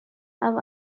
amb